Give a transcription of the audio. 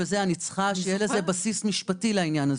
אני צריכה שיהיה לי בסיס משפטי לעניין.